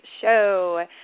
show